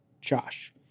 Josh